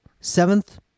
seventh